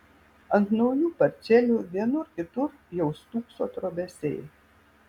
ant naujų parcelių vienur kitur jau stūkso trobesiai